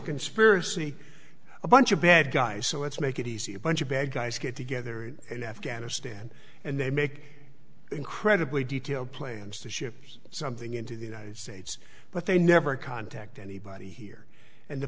conspiracy a bunch of bad guys so let's make it easy a bunch of bad guys get together in afghanistan and they make incredibly detailed plans to ship something into the united states but they never contact anybody here and the